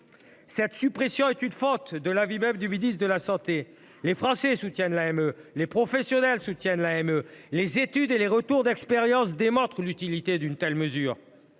Cette suppression est une faute, de l’avis même du ministre de la santé. Les Français soutiennent l’AME,… Non !… les professionnels soutiennent l’AME. Les études et retours d’expérience démontrent l’utilité d’une telle mesure.